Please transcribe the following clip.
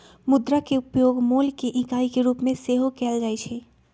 मुद्रा के उपयोग मोल के इकाई के रूप में सेहो कएल जाइ छै